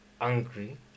angry